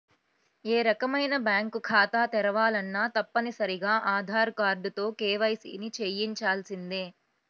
ఏ రకమైన బ్యేంకు ఖాతా తెరవాలన్నా తప్పనిసరిగా ఆధార్ కార్డుతో కేవైసీని చెయ్యించాల్సిందే